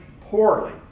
poorly